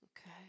okay